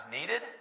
needed